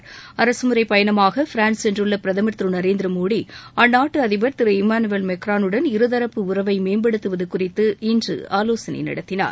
அரகமுறை பயணமாக பிரான்ஸ் சென்றுள்ள பிரதமர் திரு நரேந்திர மோடி அந்நாட்டு அதிபர் திருஇமானுவேல் மெக்ரானுடன் இருதரப்பு உறவை மேம்படுத்துவது குறித்து இன்று ஆலோசனை நடத்தினார்